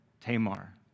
Tamar